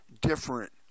different